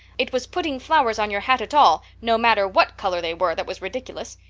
it was putting flowers on your hat at all, no matter what color they were, that was ridiculous.